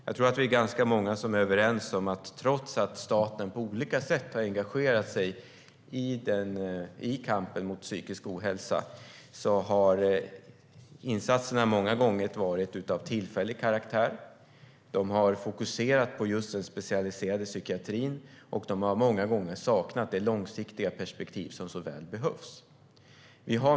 Jag tror att vi är ganska många som är överens om att trots att staten på olika sätt har engagerat sig i kampen mot psykisk ohälsa har insatserna många gånger varit av tillfällig karaktär. De har fokuserat på den specialiserade psykiatrin, och de har många gånger saknat det långsiktiga perspektiv som så väl behövs.